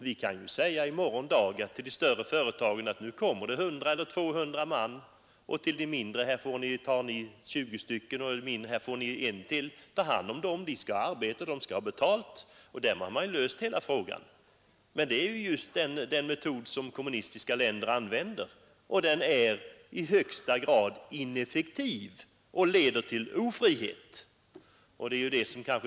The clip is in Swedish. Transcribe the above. Vi kan i morgon dag säga till de större företagen att det kommer 100 eller 200 man och till de mindre att de får ytterligare 20 personer — de skall ha arbete och betalt. Därmed har man ju löst hela problemet. Men det är just den metod som kommunistiska länder använder, och den är i högsta grad ineffektiv och leder till ofrihet.